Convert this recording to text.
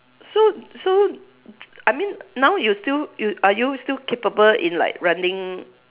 so so I mean now you still yo~ are you still capable in like running